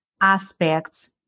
aspects